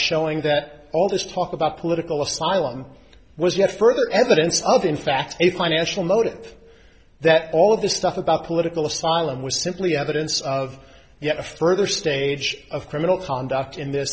showing that all this talk about political asylum was yet further evidence of in fact a financial motive that all of this stuff about political asylum was simply evidence of yet a further stage of criminal conduct in th